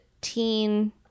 teen